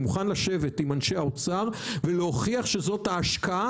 אני מוכן לשבת עם אנשי האוצר ולהוכיח שזאת ההשקעה